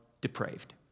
depraved